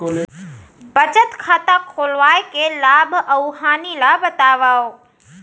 बचत खाता खोलवाय के लाभ अऊ हानि ला बतावव?